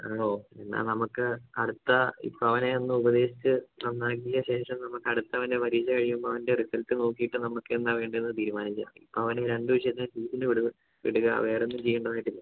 ആണോ എന്നാൽ നമുക്ക് അടുത്ത ഇപ്പോൾ അവനെ ഒന്ന് ഉപദേശിച്ച് നന്നാക്കിയ ശേഷം നമുക്ക് അടുത്ത അവൻ്റെ പരീക്ഷ കഴിയുമ്പം അവൻ്റെ റിസൾട്ട് നോക്കിയിട്ട് നമുക്ക് എന്താ വേണ്ടത് എന്ന് തീരുമാനിക്കാം ഇപ്പം അവനെ രണ്ട് വിഷയത്തിന് ട്യൂഷന് വിടുക വേറെയൊന്നും ചെയ്യേണ്ടതായിട്ടില്ല